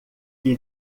que